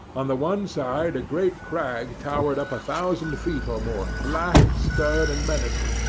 on the one side a great crag towered up a thousand feet or more, black, stern, and menacing,